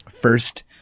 first